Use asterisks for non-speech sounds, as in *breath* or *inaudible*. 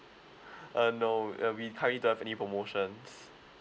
*breath* uh no uh we currently don't have any promotions